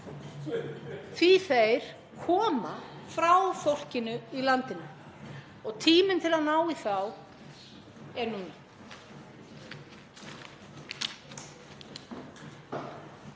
því að þeir koma frá fólkinu í landinu og tíminn til að ná í þá er núna.